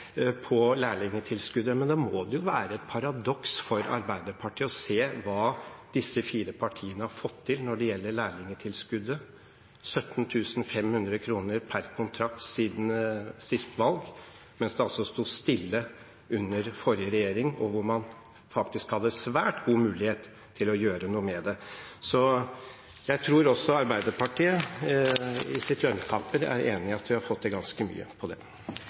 på lærlingtilskuddet – noe mer regner jeg kanskje ikke med at Arbeiderpartiet tillater seg i den retning. Men da må det være et paradoks for Arbeiderpartiet å se hva disse fire partiene har fått til når det gjelder lærlingtilskuddet, 17 500 kr per kontrakt siden sist valg, mens det altså sto stille under forrige regjering, da man faktisk hadde svært god mulighet til å gjøre noe med det. Jeg tror også Arbeiderpartiet i sitt lønnkammer er enig i at vi har fått til ganske